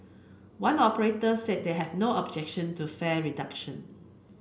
one operator said they have no objection to fare reduction